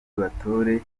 batore